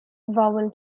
vowel